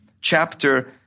chapter